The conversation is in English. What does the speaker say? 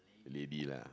lady lah